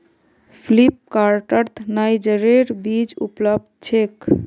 फ्लिपकार्टत नाइजरेर बीज उपलब्ध छेक